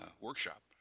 workshop